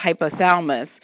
hypothalamus